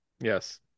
yes